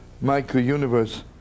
micro-universe